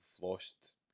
lost